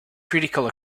critical